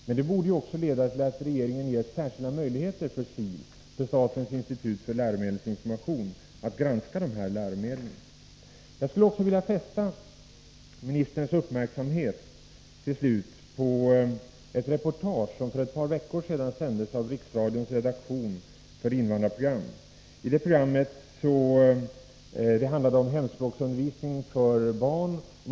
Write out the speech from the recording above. Men de borde ju också leda till att regeringen ger särskilda möjligheter för statens institut för läromedelsinformation att granska dessa läromedel. Jag skulle också till slut vilja fästa ministerns uppmärksamhet på ett reportage som för ett par veckor sedan sändes av riksradions redaktion för invandrarprogram. Det handlade om hemspråksundervisningen för jugoslaviska barn.